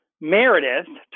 Meredith